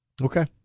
Okay